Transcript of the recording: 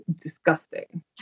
disgusting